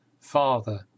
Father